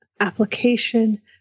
application